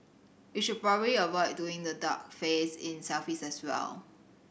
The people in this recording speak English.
you should probably avoid doing the duck face in selfies as well